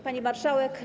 Pani Marszałek!